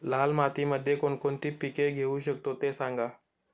लाल मातीमध्ये कोणकोणती पिके घेऊ शकतो, ते सांगा